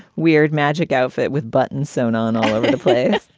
weird magic outfit with buttons sewn on all over the place.